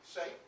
Say